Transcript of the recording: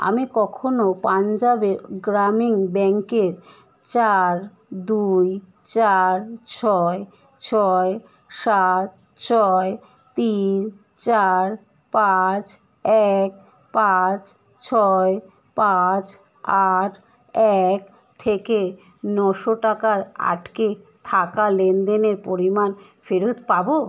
আমি কখনও পাঞ্জাবে গ্রামীণ ব্যাঙ্কে চার দুই চার ছয় ছয় সাত ছয় তিন চার পাঁচ এক পাঁচ ছয় পাঁচ আট এক থেকে নশো টাকার আটকে থাকা লেনদেনের পরিমাণ ফেরত পাবো